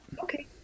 Okay